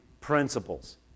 principles